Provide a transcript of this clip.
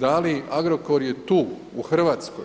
Da li Agrokor je tu u Hrvatskoj,